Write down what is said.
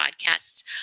podcasts